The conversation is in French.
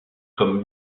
comme